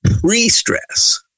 pre-stress